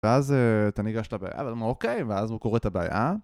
ואז אתה ניגש לבעיה, ואומר ׳אוקיי׳, ואז הוא קורא את הבעיה